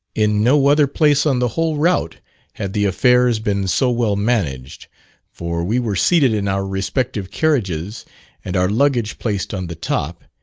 in no other place on the whole route had the affairs been so well managed for we were seated in our respective carriages and our luggage placed on the top,